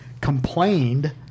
complained